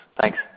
Thanks